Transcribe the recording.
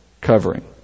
covering